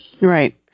Right